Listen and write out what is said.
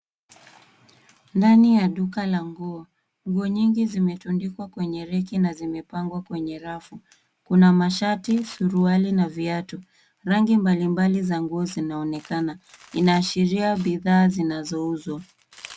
Ndani ya duka la nguo. Nguo nyingi zimetundikwa kwenye reki na zimepangwa kwenye rafu. Kuna mashati, suruali na viatu. Rangi mbalimbali za nguo zinaonekana. Inaashiria bidhaa zinazouzwa.